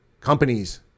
companies